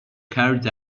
carried